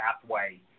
pathway